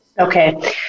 Okay